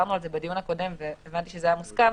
דיברנו על זה בדיון הקודם, והבנתי שזה היה מוסכם,